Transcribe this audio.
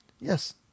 Yes